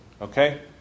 Okay